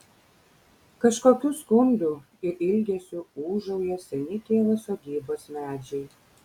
kažkokiu skundu ir ilgesiu ūžauja seni tėvo sodybos medžiai